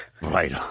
Right